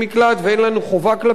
ואין לנו חובה כלפיהם,